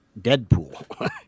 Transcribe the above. Deadpool